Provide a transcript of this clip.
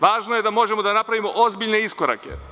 Važno je da možemo da napravimo ozbiljne iskorake.